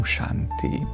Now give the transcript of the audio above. Shanti